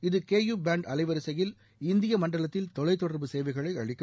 இது K U band அலைவரிசையில் இந்திய மன்டலத்தில் தொலைதொடர்பு சேவைகளை அளிக்கும்